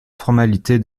formalité